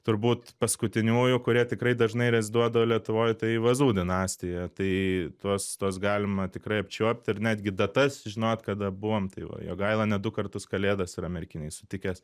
turbūt paskutiniųjų kurie tikrai dažnai reziduodavo lietuvoj tai vazų dinastija tai tuos tuos galima tikrai apčiuopt ir netgi datas žinot kada buvom tai va jogaila net du kartus kalėdas yra merkinėj sutikęs